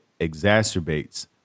exacerbates